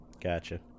Gotcha